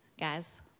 Guys